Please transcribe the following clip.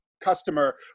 customer